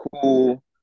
cool